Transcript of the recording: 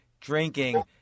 drinking